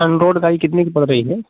आन रोड गाड़ी कितने की पड़ रही है